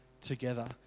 together